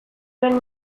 duen